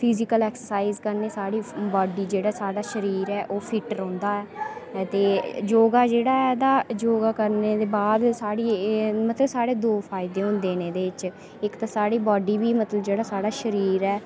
physical exercise करने दे बाद साढ़ी बाडी जेह्ड़ी साढ़ा शरीर ऐ ओह् फिट रौहंदा ऐ ते जोगा जेह्ड़ा ऐ ता जोगा करने दे बाद साहढ़ी एह् मतलब साढ़े दो फायदे होंदे नै एहदे च इक ते साढ़ी बाडी बी मतलब जेह्ड़ा साढ़ा शरीर ऐ